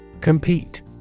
Compete